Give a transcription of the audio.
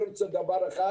אני רוצה דבר אחד